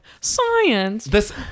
Science